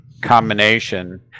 combination